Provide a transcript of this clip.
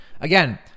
again